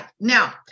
now